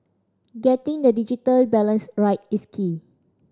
getting the digital balance right is key